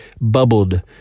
bubbled